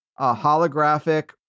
holographic